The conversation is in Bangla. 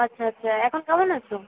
আচ্ছা আচ্ছা এখন কেমন আছো